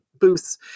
booths